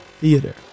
theater